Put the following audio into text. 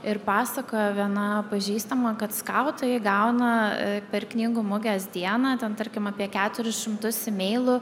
ir pasakojo viena pažįstama kad skautai gauna per knygų mugės dieną ten tarkim apie keturis šimtus emeilų